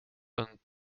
een